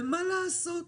ומה לעשות,